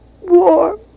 warm